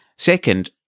Second